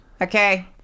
okay